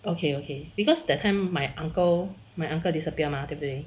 okay okay because that time my uncle my uncle disappear 吗对不对